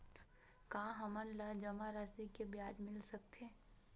का हमन ला जमा राशि से ब्याज मिल सकथे?